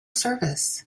service